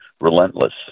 relentless